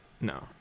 No